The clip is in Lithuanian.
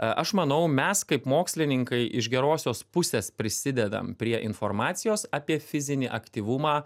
aš manau mes kaip mokslininkai iš gerosios pusės prisidedam prie informacijos apie fizinį aktyvumą